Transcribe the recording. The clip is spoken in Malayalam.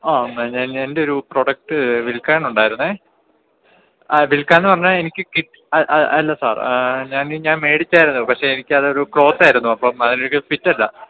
ആ ഞാൻ എൻ്റെ ഒരു പ്രൊഡക്റ്റ് വിൽക്കാൻ ഉണ്ടായിരുന്നേ ആ വിൽക്കാൻ എന്ന് പറഞ്ഞാൽ എനിക്ക് അല്ല സർ ഞാനീ ഞാൻ വേടിച്ചായിരുന്നു പക്ഷെ എനിക്ക് അതൊരു ക്ലോസ് ആയിരുന്നു അപ്പം അതെനിക്ക് ഫിറ്റല്ല